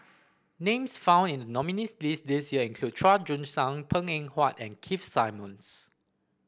names found in the nominees' list this year include Chua Joon Siang Png Eng Huat and Keith Simmons